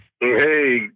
hey